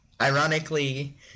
ironically